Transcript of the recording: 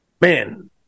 man